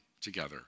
together